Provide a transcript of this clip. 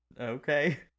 Okay